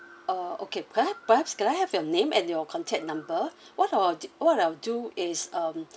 uh okay perhaps perhaps could I have your name and your contact number what I'll what I'll do is um